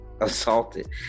assaulted